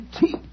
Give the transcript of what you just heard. teeth